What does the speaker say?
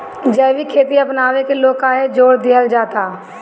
जैविक खेती अपनावे के लोग काहे जोड़ दिहल जाता?